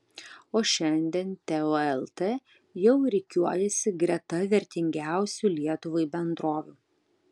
o šiandien teo lt jau rikiuojasi greta vertingiausių lietuvai bendrovių